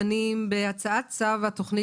השעה היא 12:00. אנחנו דנים בהצעת צו התוכנית